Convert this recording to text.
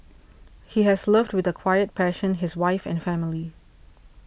he has loved with a quiet passion his wife and family